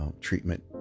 treatment